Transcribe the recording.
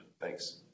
Thanks